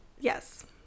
Yes